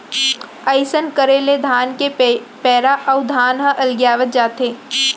अइसन करे ले धान के पैरा अउ धान ह अलगियावत जाथे